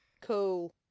Cool